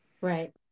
right